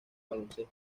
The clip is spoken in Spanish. baloncesto